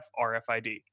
rfid